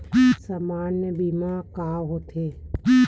सामान्य बीमा का होथे?